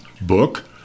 Book